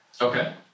Okay